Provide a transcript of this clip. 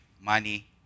money